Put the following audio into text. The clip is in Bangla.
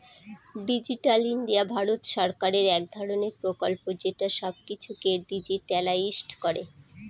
ডিজিটাল ইন্ডিয়া ভারত সরকারের এক ধরনের প্রকল্প যেটা সব কিছুকে ডিজিট্যালাইসড করে